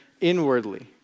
inwardly